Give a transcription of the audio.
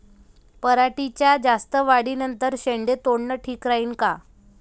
पराटीच्या जास्त वाढी नंतर शेंडे तोडनं ठीक राहीन का?